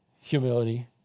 humility